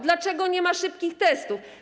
Dlaczego nie ma szybkich testów?